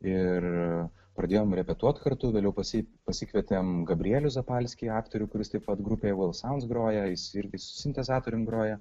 ir pradėjom repetuot kartu vėliau pasi pasikvietėme gabrielių zapalskį aktorių kuris taip pat grupėje valsams groja jis irgi su sintezatorium groja